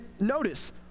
notice